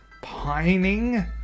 pining